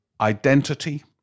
identity